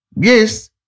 Yes